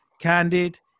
Candid